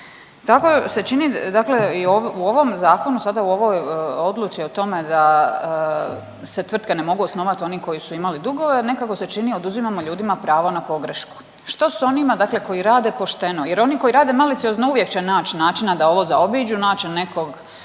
Tako se čini dakle i u ovom zakonu sada u ovoj odluci o tome da se tvrtke ne mogu osnovati oni koji su imali dugove, nekako se čini oduzimamo ljudima pravo na pogrešku. Što s onima dakle koji rade pošteno jer oni koji rade maliciozno uvijek će naći načina da ovo zaobiđu, naći će nekog